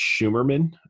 Schumerman